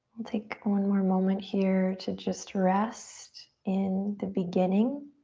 we'll take one more moment here to just rest in the beginning.